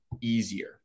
easier